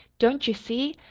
don't you see?